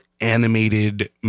animated